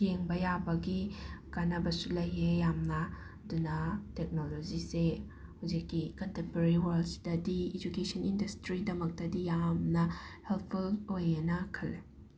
ꯌꯦꯡꯕ ꯌꯥꯕꯒꯤ ꯀꯥꯟꯅꯕꯁꯨ ꯂꯩꯌꯦ ꯌꯥꯝꯅ ꯑꯗꯨꯅ ꯇꯦꯛꯅꯣꯂꯣꯖꯤꯁꯦ ꯍꯧꯖꯤꯛꯀꯤ ꯀꯟꯇꯦꯝꯄꯔꯔꯤ ꯋꯔꯜꯁꯤꯗꯗꯤ ꯏꯖꯨꯀꯦꯁꯟ ꯏꯟꯗꯁꯇ꯭ꯔꯤꯗꯃꯛꯇꯗꯤ ꯌꯥꯝꯅ ꯍꯦꯜꯞꯐꯨꯜ ꯑꯣꯏꯌꯦꯅ ꯈꯜꯂꯦ